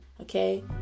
okay